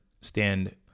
stand